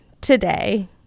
today